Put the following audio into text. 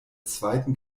zweiten